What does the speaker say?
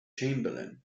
chamberlin